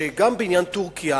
גם בעניין טורקיה,